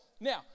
Now